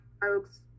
folks